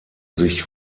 sich